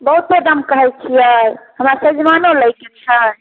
बहुते दाम कहै छियै हमरा सजमनिओ लैके छै